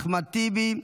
אחמד טיבי,